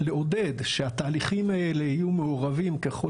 לעודד שהתהליכים האלה יהיו מעורבים ככל